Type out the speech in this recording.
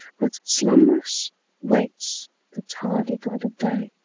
but slumbrous waits the tardy god of day.